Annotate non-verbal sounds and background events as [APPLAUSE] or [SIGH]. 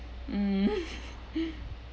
mm [LAUGHS]